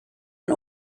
and